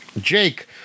Jake